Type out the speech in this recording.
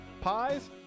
pies